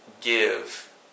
give